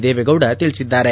ದೇವೇಗೌಡ ತಿಳಿಸಿದ್ದಾರೆ